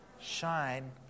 shine